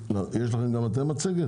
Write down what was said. גם לכם יש מצגת?